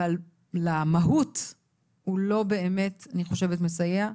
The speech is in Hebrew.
אבל למהות הוא לא באמת מסייע.